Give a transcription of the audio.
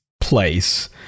place